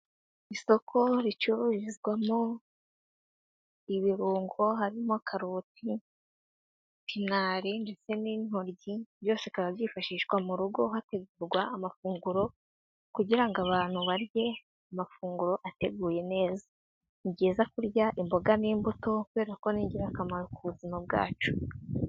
Isoko ricururizwamo ibirungo, harimo karoti, pinari, ndetse n'intoryi, byose bikaba byifashishwa mu rugo hategurwa amafunguro kugira ngo abantu barye amafunguro ateguye neza, ni byiza kurya imboga n'imbuto kubera ko ni ingirakamaro ku buzima bwacu.